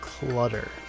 Clutter